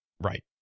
Right